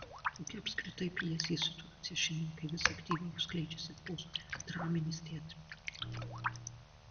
kokia apskritai pjesės situacija šiandien kai vis aktyviau skleidžiasi postdraminis teatras